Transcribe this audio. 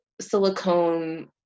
silicone